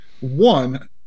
one